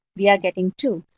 we are getting two,